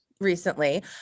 recently